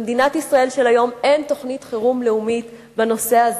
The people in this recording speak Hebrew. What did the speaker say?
במדינת ישראל של היום אין תוכנית חירום לאומית בנושא הזה.